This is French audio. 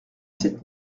sept